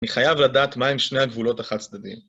אני חייב לדעת מהם שני הגבולות החד צדדיים.